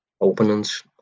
openings